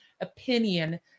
opinion